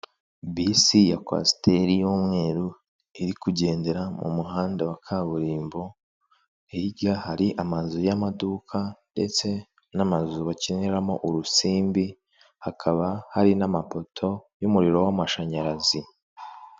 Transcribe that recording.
Bisi ya kwasiteri y'umweru irikugendera mu muhanda wa kaburimbo, hirya hari amazu y'amaduka ndetse n'amazu bakiniramo urusimbi, hakaba hari n'amapoto y'umuriro w'amashanyarazi.